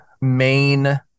main